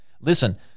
Listen